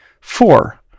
Four